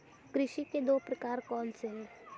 कृषि के दो प्रकार कौन से हैं?